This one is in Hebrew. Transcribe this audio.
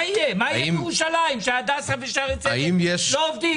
מה יהיה בעיר ירושלים כשהדסה ושערי צדק לא עובדים?